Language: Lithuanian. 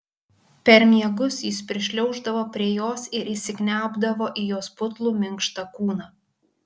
per miegus jis prišliauždavo prie jos ir įsikniaubdavo į jos putlų minkštą kūną